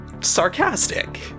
sarcastic